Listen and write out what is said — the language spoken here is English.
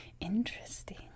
Interesting